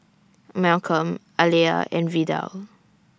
Malcolm Aleah and Vidal